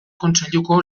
kontseiluko